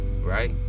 right